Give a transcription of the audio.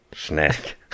snack